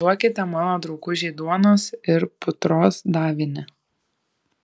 duokite mano draugužiui duonos ir putros davinį